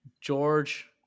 George